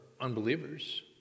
unbelievers